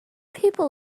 people